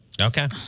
Okay